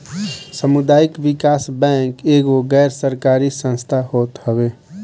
सामुदायिक विकास बैंक एगो गैर सरकारी संस्था होत हअ